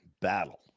battle